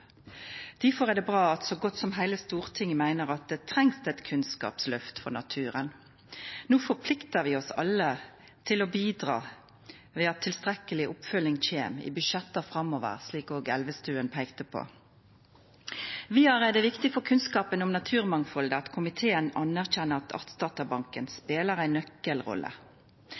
Difor er det bra at så godt som heile Stortinget meiner at det trengst eit kunnskapsløft for naturen. No forpliktar vi oss alle til å bidra ved at tilstrekkeleg oppfølging kjem i budsjetta framover, slik òg Elvestuen peikte på. Vidare er det viktig for kunnskapen om naturmangfaldet at komiteen anerkjenner at Artsdatabanken spelar ei nøkkelrolle.